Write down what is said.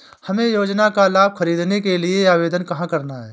हमें योजना का लाभ ख़रीदने के लिए आवेदन कहाँ करना है?